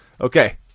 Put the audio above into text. Okay